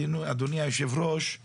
אדוני היושב-ראש-